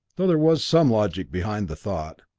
though there was some logic behind the thought.